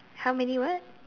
how many what